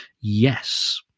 yes